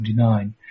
1979